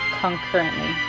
concurrently